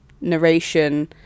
narration